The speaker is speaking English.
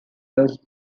was